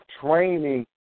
training